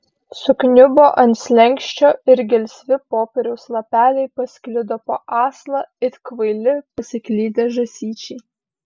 sukniubo ant slenksčio ir gelsvi popieriaus lapeliai pasklido po aslą it kvaili pasiklydę žąsyčiai